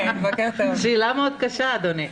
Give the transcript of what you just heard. שאלה מאוד קשה, אדוני.